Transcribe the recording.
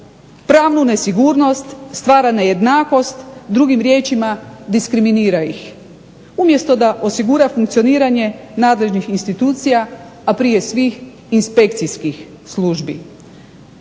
pravnu nesigurnost, stvara nejednakost, drugim riječima diskriminira ih umjesto da osigura funkcioniranje nadležnih institucija, a prije svih inspekcijskih službi.